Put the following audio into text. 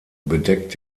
bedeckt